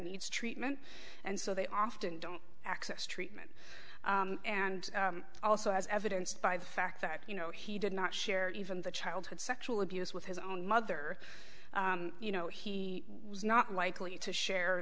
needs treatment and so they often don't access treatment and also as evidenced by the fact that you know he did not share the childhood sexual abuse with his own mother you know he was not likely to share